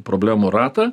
problemų ratą